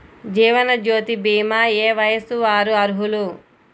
జీవనజ్యోతి భీమా ఏ వయస్సు వారు అర్హులు?